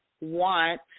want